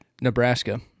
Nebraska